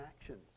actions